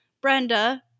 Brenda